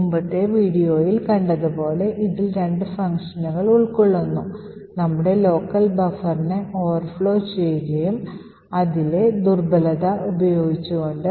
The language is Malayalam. മുമ്പത്തെ വീഡിയോയിൽ കണ്ടതുപോലെ ഇതിൽ രണ്ട് ഫംഗ്ഷനുകളും ഉൾക്കൊള്ളുന്നു നമ്മൾ ലോക്കൽ ബഫറിനെ ഓവർ ഫ്ലോ ചെയ്യുകയും അതിലെ ദുർബലത ഉപയോഗിച്ചു കൊണ്ട്